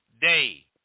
day